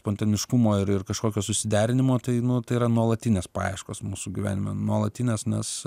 spontaniškumo ir ir kažkokio susiderinimo tai nu tai yra nuolatinės paieškos mūsų gyvenime nuolatinės nes